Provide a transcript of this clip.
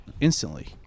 instantly